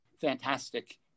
fantastic